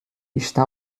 está